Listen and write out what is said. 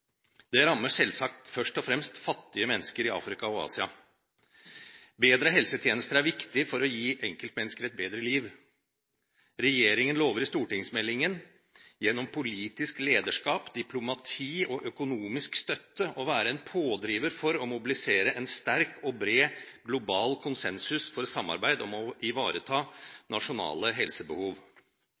Det rammer selvsagt først og fremst fattige mennesker i Asia og Afrika. Bedre helsetjenester er viktig for å gi enkeltmennesker et bedre liv. Regjeringen lover i stortingsmeldingen gjennom politisk lederskap, diplomati og økonomisk støtte å være en pådriver for å mobilisere en sterk og bred global konsensus for samarbeid om å ivareta nasjonale helsebehov.